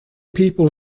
people